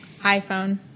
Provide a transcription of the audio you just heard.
iphone